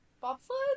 Bobsled